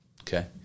Okay